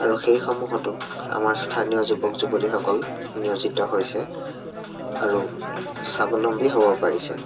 আৰু সেইসমূহতো আমাৰ স্থানীয় যুৱক যুৱতীসকল নিয়োজিত হৈছে আৰু স্বাৱলম্বী হ'ব পাৰিছে